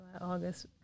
August